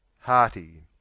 hearty